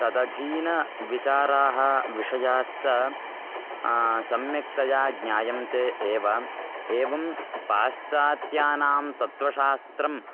तदधीताः विचाराः विषयाश्च सम्यक्तया ज्ञायन्ते एव एवं पाश्चात्यानां तत्वशास्त्रम्